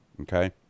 okay